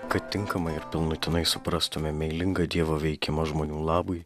kad tinkamai ir pilnutinai suprastume meilingą dievo veikimą žmonių labui